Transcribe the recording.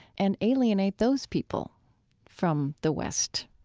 and alienate those people from the west